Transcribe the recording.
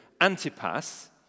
Antipas